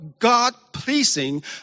God-pleasing